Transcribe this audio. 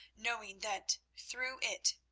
knowing that, through it,